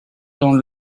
dans